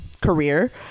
career